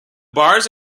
bars